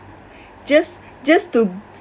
just just to